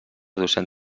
docent